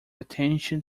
attention